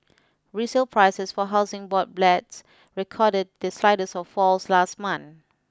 resale prices for Housing Board flats recorded the slightest of falls last month